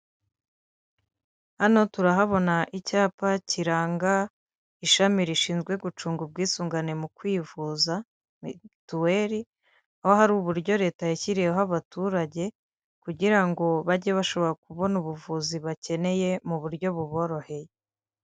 Hano turahabona icyapa kiranga ishami rishinzwe gucunga ubwisungane mu kwivuza, mituweri, aho hari uburyo leta yashyiriweho abaturage, kugira ngo bajye bashobora kubona ubuvuzi bakeneye mu buryo buboroheye.